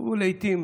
לעיתים